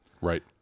Right